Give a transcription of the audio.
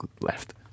left